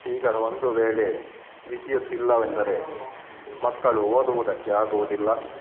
ಈಗ ಒಂದು ವೇಳೆ ವಿದ್ಯುತ್ ಇಲ್ಲವೆಂದರೆ ಮಕ್ಕಳು ಓದುವುದಕ್ಕೆ ಆಗುವುದಿಲ್ಲ